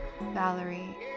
Valerie